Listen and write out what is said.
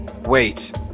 wait